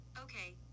Okay